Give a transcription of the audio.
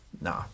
Nah